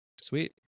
Sweet